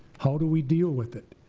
how do we deal with it?